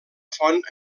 font